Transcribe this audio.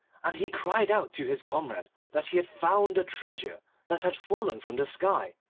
and he cried out to his comrade that he had found the treasure that had fallen from the sky,